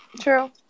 True